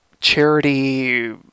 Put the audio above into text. charity